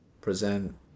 Present